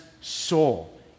soul